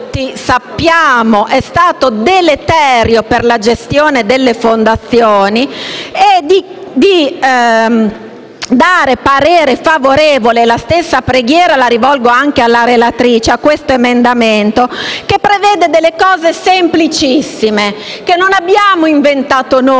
è stato deleterio per la gestione delle fondazioni ed esprimere parere favorevole - la stessa preghiera la rivolgo alla relatrice - all'emendamento 2.206 che prevede delle misure semplicissime, che non abbiamo inventato noi,